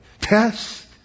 Test